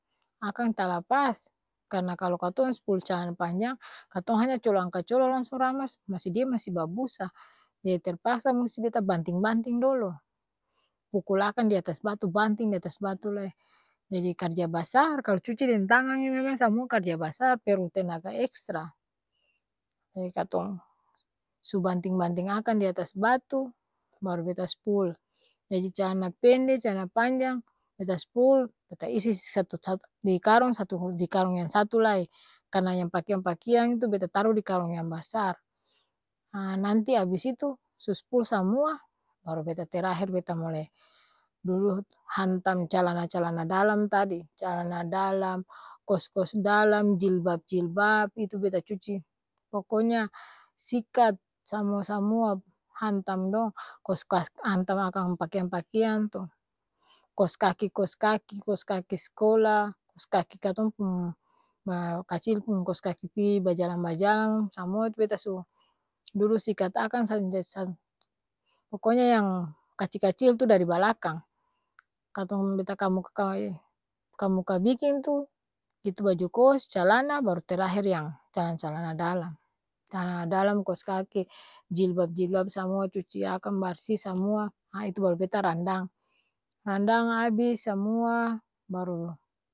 Akang talapas karna kalo katong, spul calana panjang, katong hanya colo angka colo langsung ramas masi dia masi babusa! Jadi terpaksa musti beta banting-banting dolo, pukul akang di atas batu banting di atas batu lai, jadi karja basar kalo cuci deng tangang ini memang samua karja basar perlu tenaga ekstra, ee katong su banting-banting akang di atas batu baru beta spul, jaji calana pende, calana panjang beta spul, beta isi satu satu-di karong satu di karong yang satu lai, karna yang pakeang-pakiang itu beta taru di karong yang basar! Haa nanti abis itu, su spul samua, baru beta terahir beta mulei dudu hantam calana-calana dalam tadi, calana dalam, kos-kos dalam, jilbab-jilbaab, itu beta cuci, poko nya sikat, samua-samua, hantam dong! Kos kas hantam akang pakeang-pakeang tu, kos kaki kos kaki, kos kaki s'kola, kos kaki katong pung ma kacil pung kos kaki pi bajalang-bajalang, samua itu beta su dudu sikat akang san ja s poko nya yang kacil-kacil tu dari balakang, katong beta kamuka e, kamuka biking tu, itu baju kos, calana, baru terahir yang calana-calana dalang, calana dalang, kos kaki, jilbab-jilbab samua cuci akang barsi samua, haa itu baru beta randang! Randang abis samua baru.